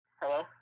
Hello